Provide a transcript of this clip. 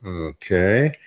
Okay